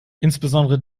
insbesondere